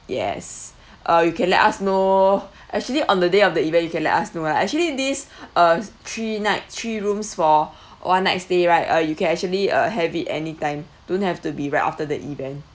yes uh you can let us know actually on the day of the event you can let us know lah actually this uh three night three rooms for one night stay right uh you can actually uh have it anytime don't have to be right after the event